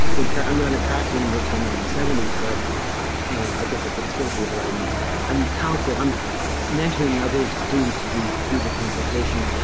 i'm not in practice anymore cause i'm in my seventies, but i guess i could still be, but i'm i'm counseling, i'm mentoring other students to do do the consultations.